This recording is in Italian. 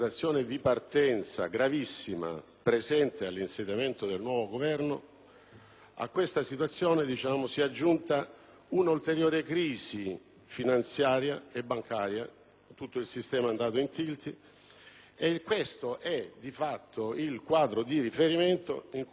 nuovo Governo si è aggiunta un'ulteriore crisi finanziaria e bancaria e tutto il sistema è andato in tilt. Questo è, di fatto, il quadro di riferimento in cui si muove ed opera il Governo in un'azione quotidiana